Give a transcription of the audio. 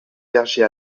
berger